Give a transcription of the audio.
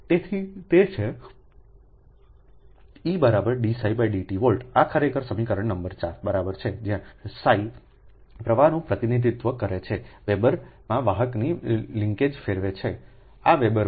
તેથી તે છે E dψdt વોલ્ટ આ ખરેખર સમીકરણ નંબર 4 છે જ્યાં પ્રવાહનું પ્રતિનિધિત્વ કરે છે વેબરમાં વાહકની લિંજેજ ફેરવે છે આ વેબર વળે છે